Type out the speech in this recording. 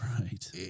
Right